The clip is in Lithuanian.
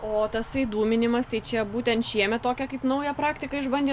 o tasai dūminimas tai čia būtent šiemet tokią kaip naują praktiką išbandėt